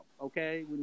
Okay